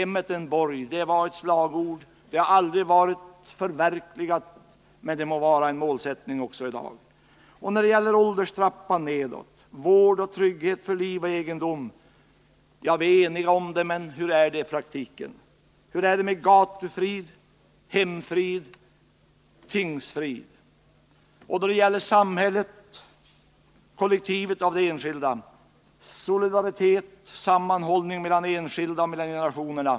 ”Mitt hem är min borg”, det var förr ett slagord och det bör vara en målsättning också i dag. När det gäller ålderstrappan nedåt: vård och trygghet för liv och egendom. Vi är eniga om det, men hur är det i praktiken? Hur är det med gatufrid, hemfrid, tingsfrid? Och när det gäller samhället: solidaritet, sammanhållning mellan enskilda och mellan generationerna.